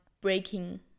breaking